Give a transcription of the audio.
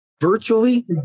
virtually